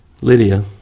Lydia